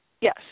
Yes